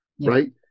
Right